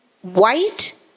white